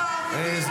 המשפט.